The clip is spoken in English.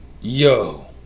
Yo